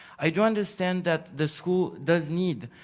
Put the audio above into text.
i do understand that the school does need